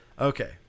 Okay